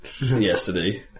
yesterday